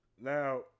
Now